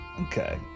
Okay